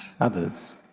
others